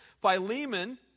Philemon